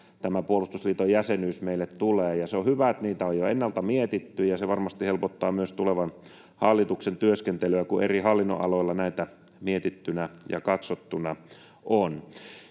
tämä puolustusliiton jäsenyys meille tuo. Se on hyvä, että niitä on jo ennalta mietitty, ja se varmasti helpottaa myös tulevan hallituksen työskentelyä, kun eri hallinnonaloilla on näitä mietittyinä ja katsottuina.